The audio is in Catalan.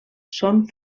són